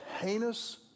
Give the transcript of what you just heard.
heinous